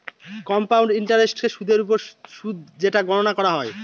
compound ইন্টারেস্টকে সুদের ওপর সুদ যেটা গণনা করা হয়